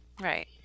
right